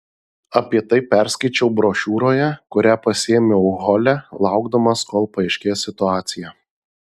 apie tai perskaičiau brošiūroje kurią pasiėmiau hole laukdamas kol paaiškės situacija